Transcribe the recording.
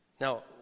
Now